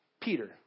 Peter